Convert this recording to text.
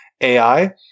AI